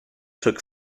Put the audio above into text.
took